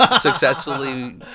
successfully